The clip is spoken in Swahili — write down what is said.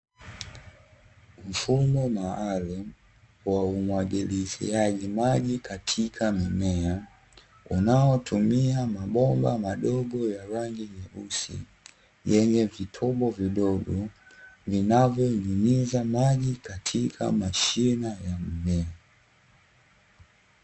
Mfumo maalumu wa umwagiliziaji maji katika mimea, unaotumia mabomba madogo ya rangi nyeusi yenye vitobo vidogo, vinayonyunyiza maji katika mashina ya mmea.